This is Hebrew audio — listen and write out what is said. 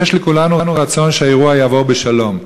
יש לכולנו רצון שהאירוע יעבור בשלום,